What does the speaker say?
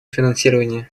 финансирования